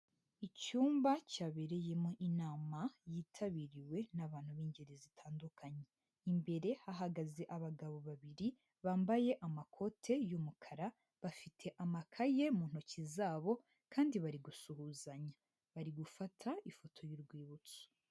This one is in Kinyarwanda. Icyumba cyabereyemo inama, yitabiriwe n'abantu b'ingeri zitandukanye. Imbere hahagaze abagabo babiri, bambaye amakote y'umukara, bafite amakaye mu ntoki zabo, kandi bari gusuhuzanya. Bari gufata ifoto y'urwibutso.